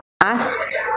asked